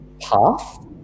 path